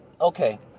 okay